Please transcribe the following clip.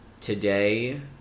today